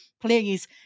please